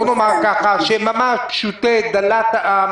דלת העם,